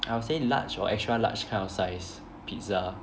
I would say large or extra large kind of size pizza